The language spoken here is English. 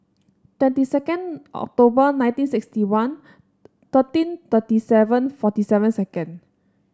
twenty second October nineteen sixty one thirteen thirty seven forty seven second